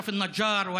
אשרף נג'אר,